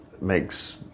makes